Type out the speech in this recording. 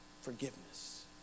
forgiveness